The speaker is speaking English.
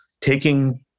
taking